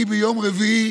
אני ביום רביעי